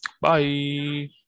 Bye